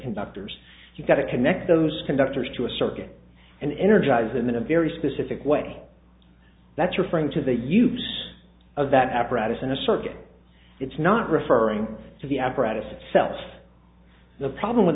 conductors you've got to connect those conductors to a circuit and energize them in a very specific way that's referring to the use of that apparatus in a circuit it's not referring to the apparatus itself the problem with